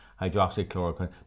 hydroxychloroquine